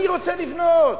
אני רוצה לבנות.